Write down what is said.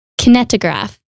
kinetograph